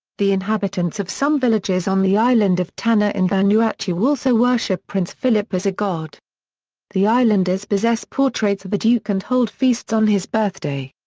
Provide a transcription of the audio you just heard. the inhabitants of some villages on the island of tanna in vanuatu also worship prince philip as a god the islanders possess portraits of the duke and hold feasts on his birthday.